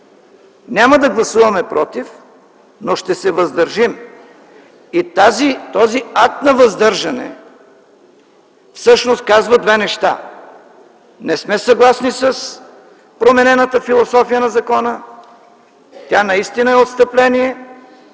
Няма да гласуваме „против”, но ще се въздържим. Този акт на въздържане всъщност казва две неща: не сме съгласни с променената философия на закона, тя наистина е отстъпление